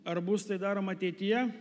ar bus tai daroma ateityje